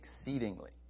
exceedingly